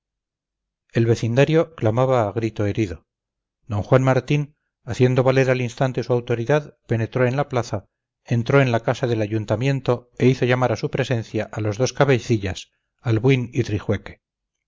el vecindario clamaba a grito herido don juan martín haciendo valer al instante su autoridad penetró en la plaza entró en la casa del ayuntamiento e hizo llamar a su presencia a los dos cabecillas